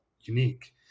unique